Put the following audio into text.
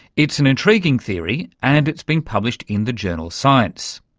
it's an intriguing theory and it's been published in the journal science.